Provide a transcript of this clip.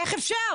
איך אפשר?